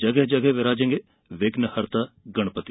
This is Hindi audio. जगह जगह विराजेंगे विघ्नहर्ता गणपति